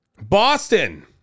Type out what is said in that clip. boston